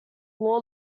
law